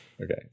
okay